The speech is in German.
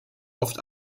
oft